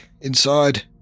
inside